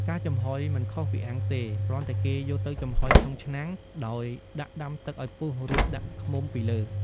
ការចំហុយមិនខុសពីអាំងទេ គ្រាន់តែគេយកទៅចំហុយក្នុងឆ្នាំងដោយដាក់ដាំទឹកឱ្យពុះរួចដាក់ឃ្មុំពីលើ។